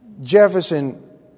Jefferson